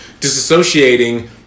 disassociating